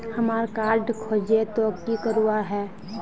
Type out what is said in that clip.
हमार कार्ड खोजेई तो की करवार है?